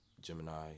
Gemini